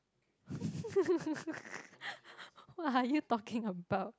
what are you talking about